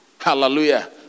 hallelujah